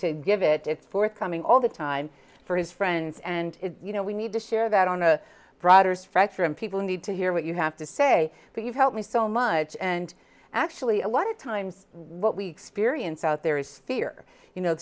give it it's forthcoming all the time for his friends and you know we need to share that on a broader is fractured and people need to hear what you have to say but you've helped me so much and actually a lot of times what we experience out there is fear you know